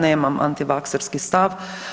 Nemam antivakserski stav.